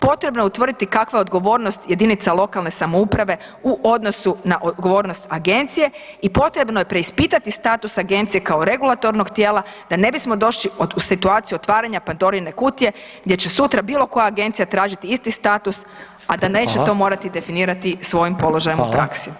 Potrebno je utvrditi kakva je odgovornost jedinica lokalne samouprave u odnosu na odgovornost agencije i potrebno je preispitati status agencije kao regulatornog tijela da ne bismo došli u situaciju otvaranja Pandorine kutije gdje će sutra bilo koja agencija tražiti isti status a da neće to morati definirati svojim položajem u praksi.